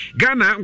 gana